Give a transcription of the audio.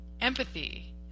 empathy